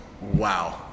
Wow